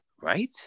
right